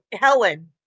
Helen